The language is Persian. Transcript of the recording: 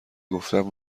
گفتم